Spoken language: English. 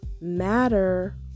matter